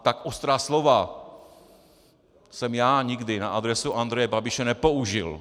Tak ostrá slova jsem já nikdy na adresu Andreje Babiše nepoužil.